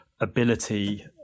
ability